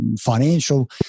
financial